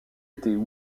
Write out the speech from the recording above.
étaient